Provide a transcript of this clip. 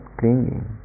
clinging